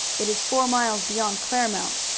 it is four miles beyond claremont,